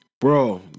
Bro